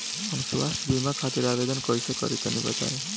हम स्वास्थ्य बीमा खातिर आवेदन कइसे करि तनि बताई?